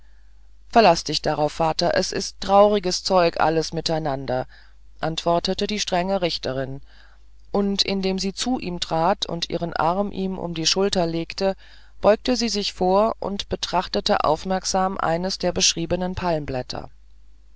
verlaß dich darauf vater es ist trauriges zeug alles miteinander antwortete die strenge richterin und indem sie zu ihm trat und ihren arm ihm um die schulter legte beugte sie sich vor und betrachtete aufmerksam eines der beschriebenen palmblätter